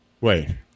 Wait